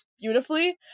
beautifully